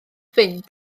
fynd